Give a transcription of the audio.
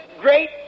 great